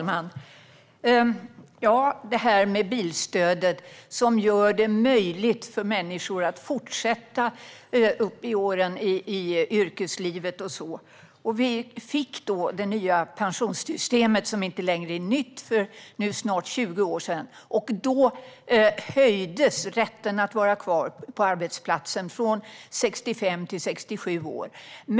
Fru talman! Bilstödet gör det möjligt för människor att fortsätta i yrkeslivet upp i åren. När vi fick det nya pensionssystemet för snart 20 år sedan utökades rätten att vara kvar på arbetsplatsen från 65 till 67 år.